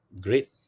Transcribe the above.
Great